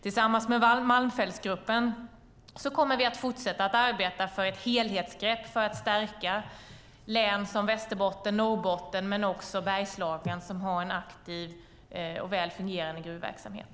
Tillsammans med Malmfältsgruppen kommer vi att fortsätta att arbeta för ett helhetsgrepp för att stärka län som Västerbotten och Norrbotten men också Bergslagen, som har en aktiv och väl fungerande gruvverksamhet.